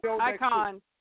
Icon